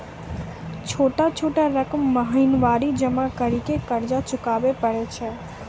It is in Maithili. छोटा छोटा रकम महीनवारी जमा करि के कर्जा चुकाबै परए छियै?